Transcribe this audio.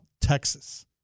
texas